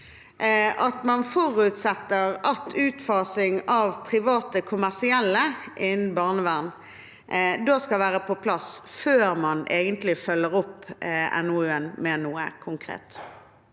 at man forutsetter at utfasingen av private kommersielle innen barnevernet skal være på plass før man følger opp NOU-en med noe konkret?